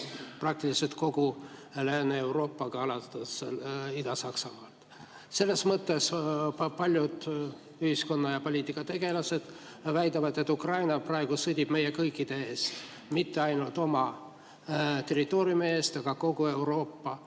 praktiliselt kogu Lääne-Euroopaga alates Ida-Saksamaast. Selles mõttes paljud ühiskonna- ja poliitikategelased väidavad, et Ukraina praegu sõdib meie kõikide eest, mitte ainult oma territooriumi eest, aga kogu Euroopa